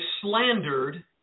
slandered